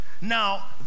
Now